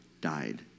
died